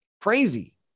Crazy